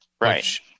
Right